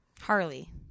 Harley